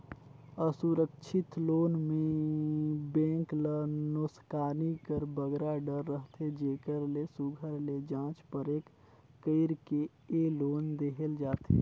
असुरक्छित लोन में बेंक ल नोसकानी कर बगरा डर रहथे जेकर ले सुग्घर ले जाँच परेख कइर के ए लोन देहल जाथे